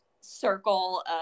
circle